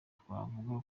twavuga